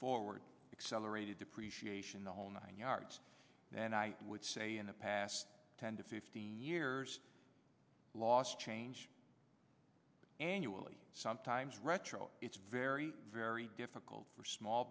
forward accelerated depreciation the whole nine yards and i would say in the past ten to fifteen years last change annually sometimes retro it's very very difficult for small